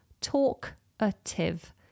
Talkative